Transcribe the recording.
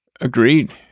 Agreed